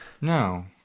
No